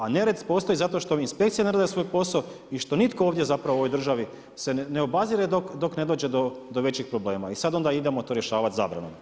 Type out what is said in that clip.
A nered postoji zato što inspekcije ne rade svoj poso i što nitko zapravo u ovoj državi se ne obazire dok ne dođe do većih problema i sad onda idemo rješavati zabranom.